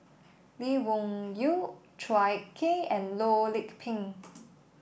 Lee Wung Yew Chua Kay and Loh Lik Peng